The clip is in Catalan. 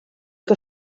que